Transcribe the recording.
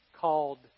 called